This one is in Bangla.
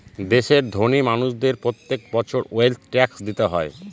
দেশের ধোনি মানুষদের প্রত্যেক বছর ওয়েলথ ট্যাক্স দিতে হয়